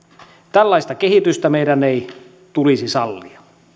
tällaista kehitystä meidän ei tulisi sallia